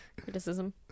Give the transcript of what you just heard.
criticism